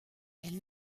elle